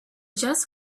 just